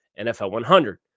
NFL100